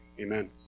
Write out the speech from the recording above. amen